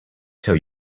tell